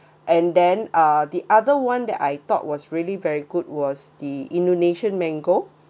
and then uh the other one that I thought was really very good was the indonesian mango